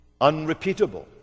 unrepeatable